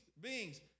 beings